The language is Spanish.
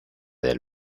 del